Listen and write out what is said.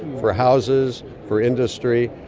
for houses, for industry.